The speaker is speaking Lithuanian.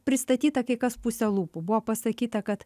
pristatyta kai kas puse lūpų buvo pasakyta kad